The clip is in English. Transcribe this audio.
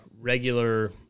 regular